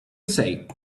say